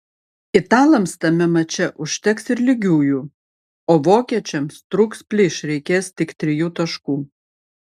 italams tame mače užteks ir lygiųjų o vokiečiams trūks plyš reikės tik trijų taškų